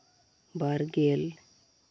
ᱵᱟᱨ ᱜᱮᱞ